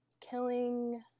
killing